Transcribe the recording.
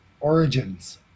origins